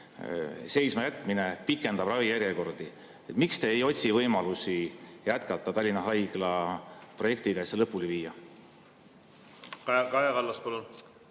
seismajätmine pikendab ravijärjekordi. Miks te ei otsi võimalusi jätkata Tallinna Haigla projektiga, et see lõpule viia?